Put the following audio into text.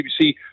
CBC –